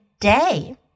day